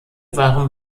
waren